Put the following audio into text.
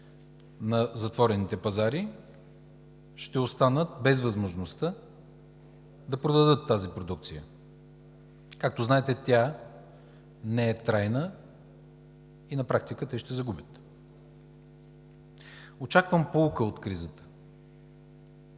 на затворените пазари, ще останат без възможността да продадат тази продукция. Както знаете, тя не е трайна и на практика те ще загубят. Очаквам поука от кризата.